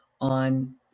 on